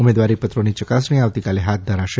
ઉમેદવારી પત્રોની યકાસણી આવતીકાલે હાથ ધરાશે